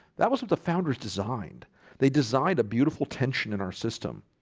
that wasn't the founders designed they designed a beautiful tension in our system.